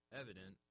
evident